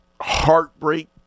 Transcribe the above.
heartbreak